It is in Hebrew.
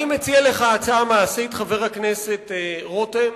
אני מציע לך הצעה מעשית, חבר הכנסת רותם,